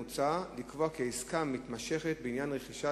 מוצע לקבוע כי עסקה מתמשכת בעניין רכישת